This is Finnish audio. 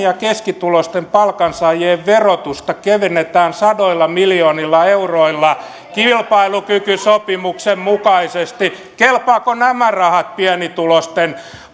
ja keskituloisten palkansaajien verotusta kevennetään sadoilla miljoonilla euroilla kilpailukykysopimuksen mukaisesti kelpaavatko nämä rahat pienituloisten